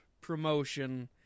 promotion